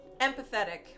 empathetic